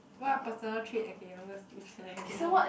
what personal trait okay I'm gonna skip I don't know